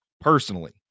personally